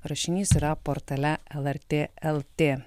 rašinys yra portale lrt lt